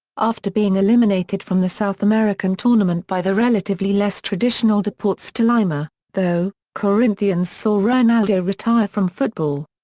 after being eliminated from the south american tournament by the relatively less traditional deportes tolima, though, corinthians saw ronaldo retire from football.